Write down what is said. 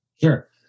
Sure